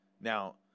Now